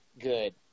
good